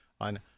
on